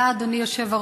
תודה, אדוני היושב-ראש.